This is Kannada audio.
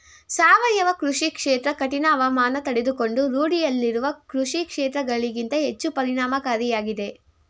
ಸಾವಯವ ಕೃಷಿ ಕ್ಷೇತ್ರ ಕಠಿಣ ಹವಾಮಾನ ತಡೆದುಕೊಂಡು ರೂಢಿಯಲ್ಲಿರುವ ಕೃಷಿಕ್ಷೇತ್ರಗಳಿಗಿಂತ ಹೆಚ್ಚು ಪರಿಣಾಮಕಾರಿಯಾಗಿದೆ